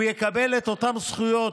הוא יקבל את אותן זכויות,